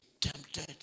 tempted